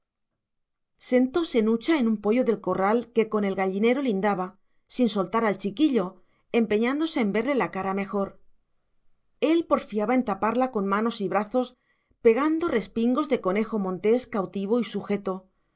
sentóse nucha en un poyo del corral que con el gallinero lindaba sin soltar al chiquillo empeñándose en verle la cara mejor él porfiaba en taparla con manos y brazos pegando respingos de conejo montés cautivo y sujeto